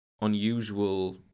unusual